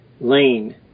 lane